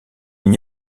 n’y